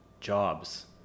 Jobs